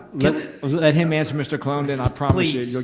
let him answer, mr. colon, then i promise you so